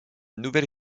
nouvelle